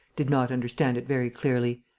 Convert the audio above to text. did not understand it very clearly.